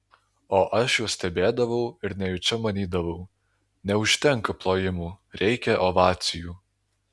o aš juos stebėdavau ir nejučia manydavau neužtenka plojimų reikia ovacijų